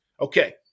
Okay